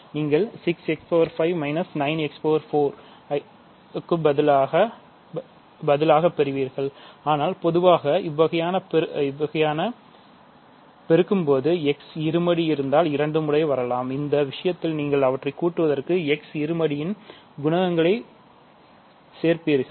நீங்கள் 6 x 5 9x 4ஐப் பதிலாக பெறுவீர்கள் ஆனால் பொதுவாக இந்தவகையான பெருக்கும்போது x இருமடி குணகங்களைச் கூட்டுவீர்கள்